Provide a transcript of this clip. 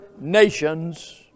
nations